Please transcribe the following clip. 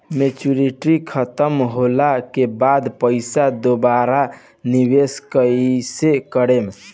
Maturity खतम होला के बाद पईसा दोबारा निवेश कइसे करेम?